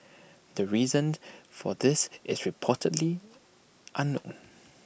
the reason for this is reportedly unknown